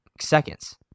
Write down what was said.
seconds